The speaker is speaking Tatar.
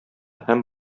һәм